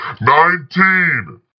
Nineteen